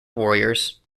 warriors